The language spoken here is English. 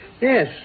Yes